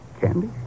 Candy